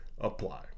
apply